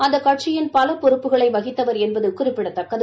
அந்த கட்சியின் பல பொறுப்புகளை வகித்தவர் என்பது குறிப்பிடத்தக்கது